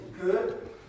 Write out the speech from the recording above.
good